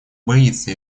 боится